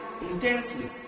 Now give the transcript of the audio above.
intensely